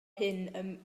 hyn